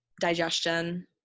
digestion